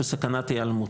בסכנת היעלמות.